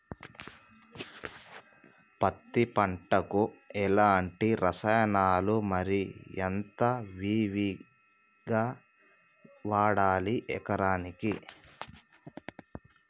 పత్తి పంటకు ఎలాంటి రసాయనాలు మరి ఎంత విరివిగా వాడాలి ఎకరాకి?